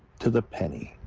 to the penny.